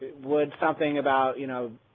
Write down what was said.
would something about, you know,